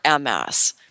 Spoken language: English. MS